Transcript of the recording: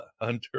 Hunter